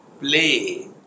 Play